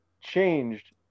changed